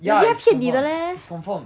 ya it's confirm is confirm